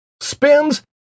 spins